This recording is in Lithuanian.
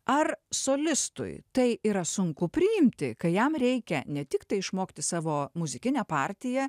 ar solistui tai yra sunku priimti kai jam reikia ne tik tai išmokti savo muzikinę partiją